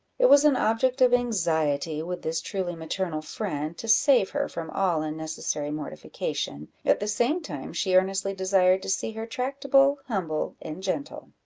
it was an object of anxiety with this truly maternal friend to save her from all unnecessary mortification, at the same time she earnestly desired to see her tractable, humble, and gentle.